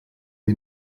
mir